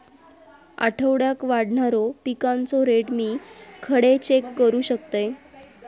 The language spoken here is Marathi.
आठवड्याक वाढणारो पिकांचो रेट मी खडे चेक करू शकतय?